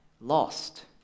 lost